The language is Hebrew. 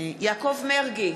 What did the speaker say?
יעקב מרגי,